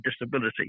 disability